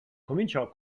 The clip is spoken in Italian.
cominciò